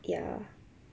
ya